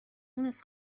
مونس